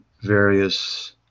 various